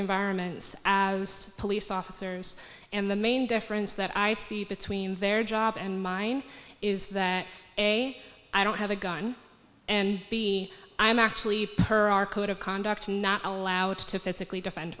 environments as police officers and the main difference that i see between their job and mine is that i don't have a gun and b i'm actually per our code of conduct i'm not allowed to physically defend